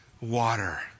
water